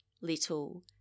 little